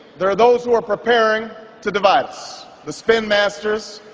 there are those who are preparing to divide us the spin masters,